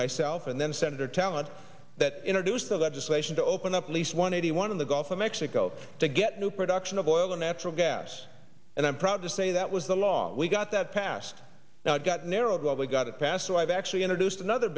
myself and then senator talent that introduced the legislation to open up at least one eighty one of the gulf of mexico to get new production of oil natural gas and i'm proud to say that was the law we got that passed now it got narrowed well they got it passed so i've actually introduced another